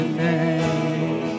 name